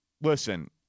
listen